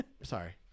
Sorry